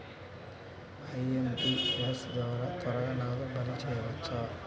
IMPS ద్వారా త్వరగా నగదు బదిలీ చేయవచ్చునా?